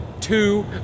two